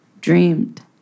dreamed